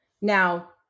Now